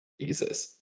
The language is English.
Jesus